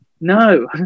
no